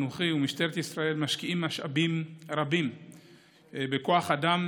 אנוכי ומשטרת ישראל משקיעים משאבים רבים בכוח אדם